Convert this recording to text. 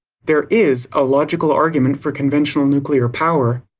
there is a logical argument for conventional nuclear power.